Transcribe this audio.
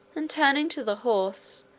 and turning to the horse,